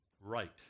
right